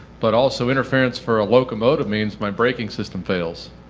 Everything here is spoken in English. but also, interference for a locomotive means my braking system fails.